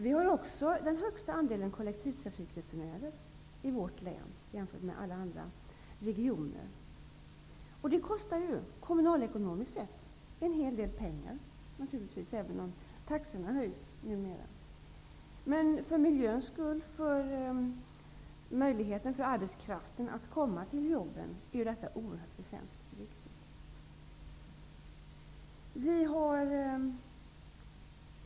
Vi har också den högsta andelen kollektivtrafikresenärer i vårt län, jämfört med alla andra regioner. Det kostar, kommunalekonomiskt sett, en hel del pengar, även om taxorna numera höjs. För miljöns skull och för möjligheten för arbetskraften att komma till jobben är kollektivtrafiken oerhört väsentlig och viktig.